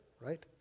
right